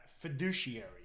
fiduciary